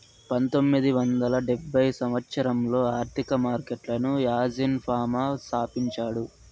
పంతొమ్మిది వందల డెబ్భై సంవచ్చరంలో ఆర్థిక మార్కెట్లను యాజీన్ ఫామా స్థాపించాడు